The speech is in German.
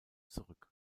zurück